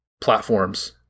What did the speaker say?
platforms